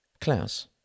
Klaus